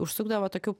užsukdavo tokių